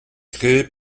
créé